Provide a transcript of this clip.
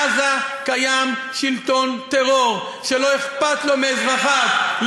בעזה קיים שלטון טרור שלא אכפת לו מאזרחיו.